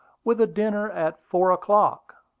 with a dinner at four o'clock.